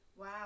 Wow